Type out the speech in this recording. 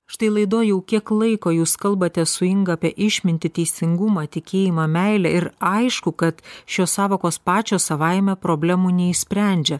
štai laidoj jau kiek laiko jūs kalbate su inga apie išmintį teisingumą tikėjimą meile ir aišku kad šios sąvokos pačios savaime problemų neišsprendžia